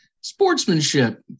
sportsmanship